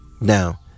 Now